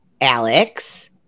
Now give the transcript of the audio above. alex